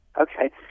Okay